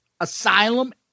Asylum